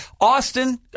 Austin